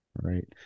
Right